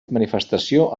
manifestació